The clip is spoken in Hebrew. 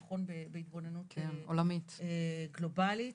הוא נכון בהתבוננות גלובלית.